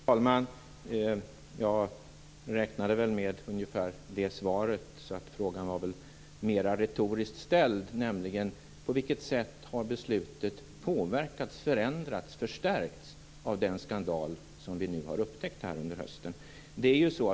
Fru talman! Jag räknade väl med ungefär det svaret. Frågan var mer retoriskt ställd. På vilket sätt har beslutet påverkats, förändrats och förstärkts av den skandal vi nu har upptäckt här under hösten?